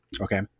Okay